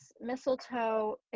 mistletoe